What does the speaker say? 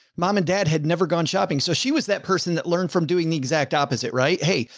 mom and dad had never gone shopping. so she was that person that learned from doing the exact opposite. right? hey,